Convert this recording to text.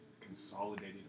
consolidated